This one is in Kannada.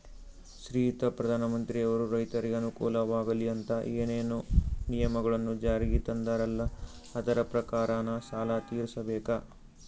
ಶ್ರೀಯುತ ಪ್ರಧಾನಮಂತ್ರಿಯವರು ರೈತರಿಗೆ ಅನುಕೂಲವಾಗಲಿ ಅಂತ ಏನೇನು ನಿಯಮಗಳನ್ನು ಜಾರಿಗೆ ತಂದಾರಲ್ಲ ಅದರ ಪ್ರಕಾರನ ಸಾಲ ತೀರಿಸಬೇಕಾ?